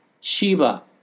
Sheba